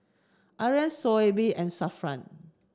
Aryan Shoaib and Zafran